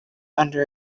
under